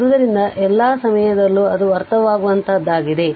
ಆದ್ದರಿಂದ ಎಲ್ಲಾ ಸಮಯದಲ್ಲೂ ಅದು ಅರ್ಥವಾಗುವಂತಹದ್ದಾಗಿದೆ